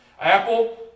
Apple